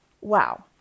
wow